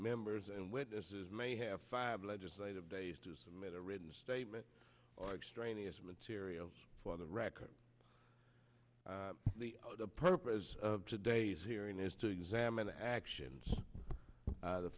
members and witnesses may have five legislative days to submit a written statement or extraneous material for the record the purpose of today's hearing is to examine the actions of the